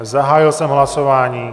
Zahájil jsem hlasování.